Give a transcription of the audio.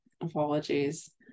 apologies